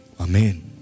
Amen